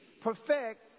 perfect